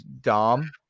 Dom